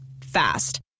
Fast